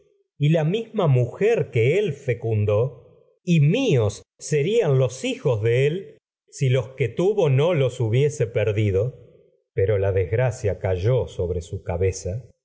lecho y la misma mujer que él que fecundó míos serían los hijos de él si los tuvo no los hubiese perdido pero la des como gracia cayó sobre si se su cabeza